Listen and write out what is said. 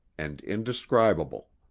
and indescribable.